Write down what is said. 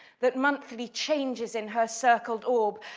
that monthly changes in her circled orb,